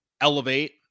elevate